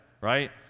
right